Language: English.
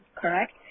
correct